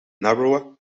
narrower